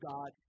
God